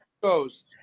goes